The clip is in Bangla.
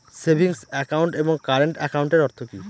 সেভিংস একাউন্ট এবং কারেন্ট একাউন্টের অর্থ কি?